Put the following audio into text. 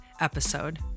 episode